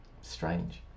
strange